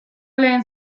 lehen